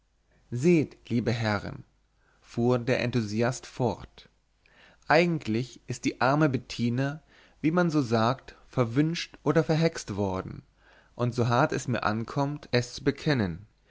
seht liebe herren fuhr der enthusiast fort eigentlich ist die arme bettina wie man so sagt verwünscht oder verhext worden und so hart es mir ankommt es zu bekennen